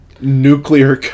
nuclear